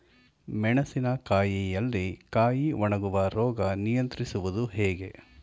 ಮೆಣಸಿನ ಕಾಯಿಯಲ್ಲಿ ಕಾಯಿ ಒಣಗುವ ರೋಗ ನಿಯಂತ್ರಿಸುವುದು ಹೇಗೆ?